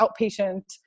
outpatient